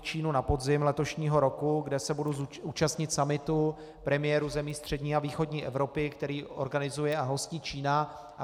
Čínu na podzim letošního roku, kde se budu účastnit summitu premiérů zemí střední a východní Evropy, který organizuje a hostí Čína.